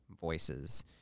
voices